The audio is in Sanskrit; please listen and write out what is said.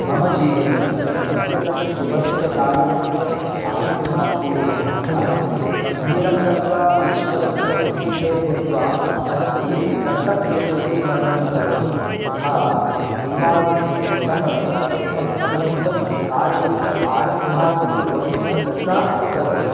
मम जीवने कस्यचन शुभस्य कार्यस्य आरम्भात् पूर्वम् अहं मन्दिरं गत्वा ईश्वरस्य सम्मुखे भूत्वा मनसि कर्तव्यस्य स्मरणं करोमि तथा परिवारजनैः सह तत्सम्बद्धकार्यस्य आरम्भात् पूर्वं चर्चामपि करोमि